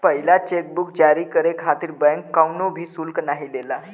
पहिला cheque book जारी करे खातिर बैंक कउनो भी शुल्क नाहीं लेला